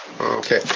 Okay